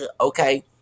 Okay